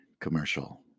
commercial